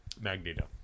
Magneto